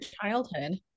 childhood